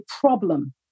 problem